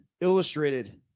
Illustrated